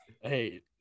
Hey